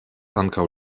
ankaŭ